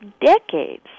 decades